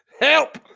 Help